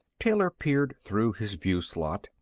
taylor peered through his view slot.